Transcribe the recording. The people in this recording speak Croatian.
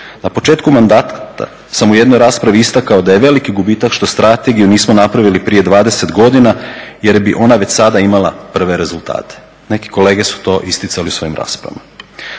Na početku mandata sam u jednoj raspravi istakao da je veliki gubitak što strategiju nismo napravili prije 20 godina jer bi ona već sada imala prve rezultate. Neki kolege su to isticali u svojim raspravama.